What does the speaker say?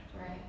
right